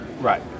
Right